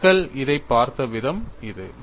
மக்கள் இதைப் பார்த்த விதம் இது